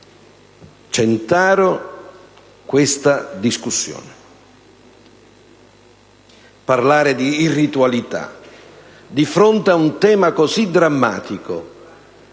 Centaro - questa discussione. Parlare di irritualità di fronte a un tema così drammatico,